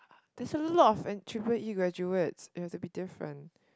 there's a lot of triple E graduates you have to be different